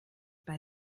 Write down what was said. bei